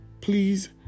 Please